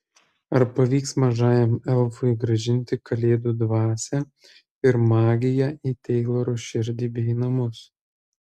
ar pavyks mažajam elfui grąžinti kalėdų dvasią ir magiją į teiloro širdį bei namus